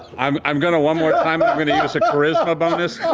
i'm i'm going to one more time, i'm going to use a charisma bonus.